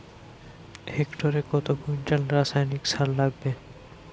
হেক্টরে কত কুইন্টাল রাসায়নিক সার লাগবে?